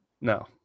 No